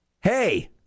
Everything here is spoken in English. hey